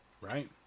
right